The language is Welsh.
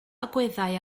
agweddau